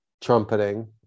trumpeting